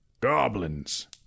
Goblins